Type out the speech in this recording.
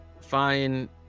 Fine